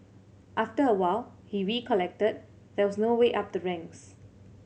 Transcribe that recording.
after a while he recollected there was no way up the ranks